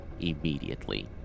immediately